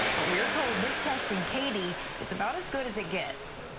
but we're told this test in katy is about as good as it gets.